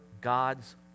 God's